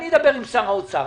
אדבר עם שר האוצר,